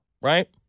right